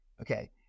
Okay